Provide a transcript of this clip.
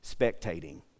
spectating